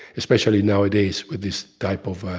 especially nowadays with this type of.